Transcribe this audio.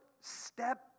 step